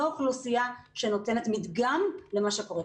לא אוכלוסייה שנותנת מדגם למה שקורה.